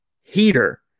heater